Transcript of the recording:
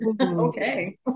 Okay